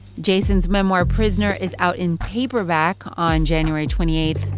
jason's memoir prisoner is out in paperback on january twenty eight.